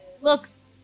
Looks